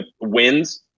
wins